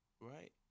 right